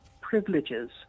privileges